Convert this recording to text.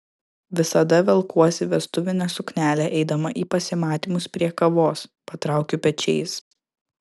visada velkuosi vestuvinę suknelę eidama į pasimatymus prie kavos patraukiu pečiais